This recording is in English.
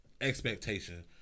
expectation